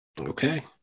okay